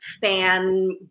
fan